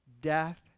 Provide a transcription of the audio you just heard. death